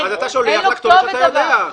אז אתה שולח לכתובת שאתה יודע.